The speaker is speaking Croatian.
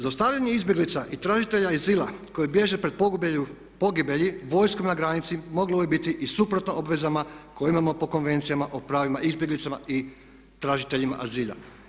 Zaustavljanje izbjeglica i tražitelja azila koji bježe pred pogibelji vojskom na granici moglo bi biti i suprotno obvezama koje imamo po Konvencijama o pravima izbjeglicama i tražiteljima azila.